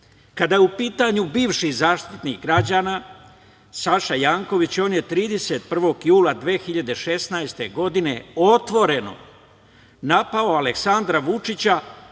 je u pitanju bivši Zaštitnik građana, Saša Janković, on je 31. jula 2016. godine otvoreno napao Aleksandra Vučića